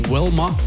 Wilma